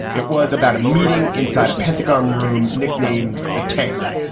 it was about a meeting inside a pentagon room nicknamed the tank.